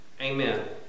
amen